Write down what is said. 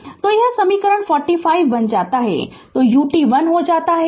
Refer Slide Time 0453 तो यह समीकरण 45 बन जाता है तो ut 1 हो जाता है